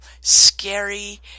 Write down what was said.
scary